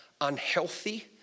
unhealthy